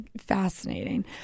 fascinating